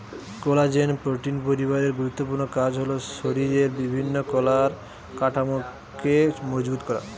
collagen protein পরিবারের গুরুত্বপূর্ণ কাজ হল শরিরের বিভিন্ন কলার কাঠামোকে মজবুত করা